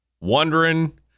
wondering